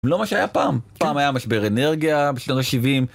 לא מה שהיה פעם, פעם היה משבר אנרגיה בשנות ה-70.